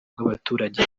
bw’abaturage